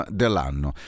dell'anno